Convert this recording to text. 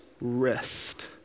rest